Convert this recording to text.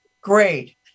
Great